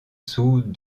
sous